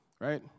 right